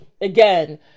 Again